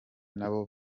nabo